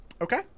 Okay